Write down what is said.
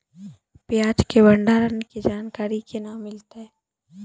प्याज के भंडारण के जानकारी केना मिलतै?